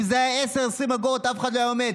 אם זה היה 10, 20 אגורות, אף אחד לא היה עומד.